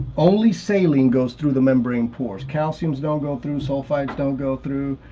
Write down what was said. only saline goes through the membrane pores. calciums don't go through, sulfites don't go through,